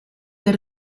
del